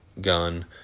gun